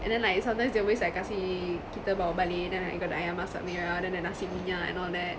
and then like sometimes they always like kasi kita bawa balik then like got the ayam masak merah then the nasi minyak and all that